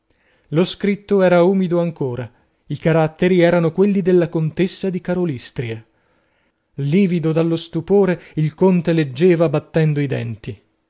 lo scritto era umido ancora i caratteri eran quelli della contessa di karolystria livido dallo stupore il conte leggeva battendo i denti